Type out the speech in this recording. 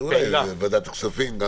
ואולי גם ועדת הכספים.